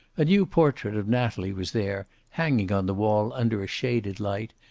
a new portrait of natalie was there, hanging on the wall under a shaded light,